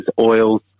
oils